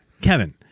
Kevin